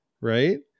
Right